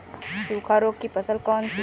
सूखा रोग की फसल कौन सी है?